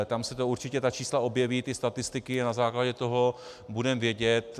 Tam se určitě ta čísla objeví, ty statistiky, a na základě toho budeme vědět.